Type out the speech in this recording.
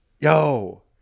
yo